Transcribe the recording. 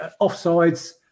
Offsides